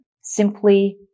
simply